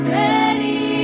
ready